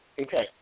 Okay